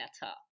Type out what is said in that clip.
better